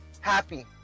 happy